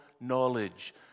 knowledge